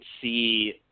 see